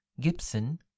Gibson